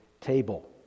table